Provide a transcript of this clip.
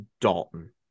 Dalton